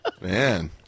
man